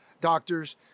doctors